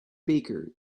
baker